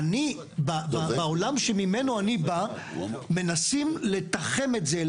בעולם ממנו אני בא מנסים לתחם את זה,